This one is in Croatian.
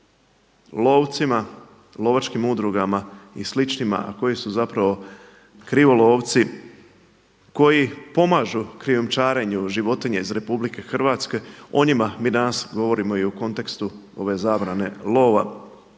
lovcima, lovačkim udrugama i sličnima a koji su zapravo krivolovci koji pomažu krijumčarenju životinja iz RH o njima mi danas govorimo i u kontekstu ove zabrane lova.